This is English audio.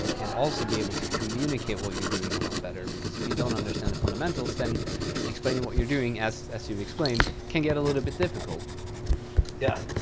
and also be able to communicate what you're doing a lot better. because if you don't understand the fundamentals, then explaining what you're doing, as as you've explained, can get a little bit difficult. grayson yeah.